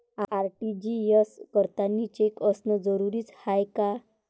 RTGS करतांनी cheque असनं जरुरीच हाय का?